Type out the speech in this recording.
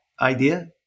idea